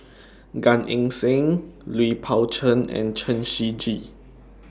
Gan Eng Seng Lui Pao Chuen and Chen Shiji